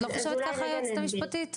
את לא חושבת ככה היועצת המשפטית?